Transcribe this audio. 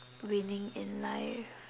winning in life